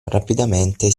rapidamente